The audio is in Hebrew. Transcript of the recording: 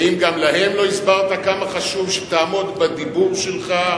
האם גם להם לא הסברת כמה חשוב שתעמוד בדיבור שלך,